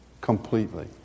completely